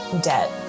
debt